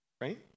right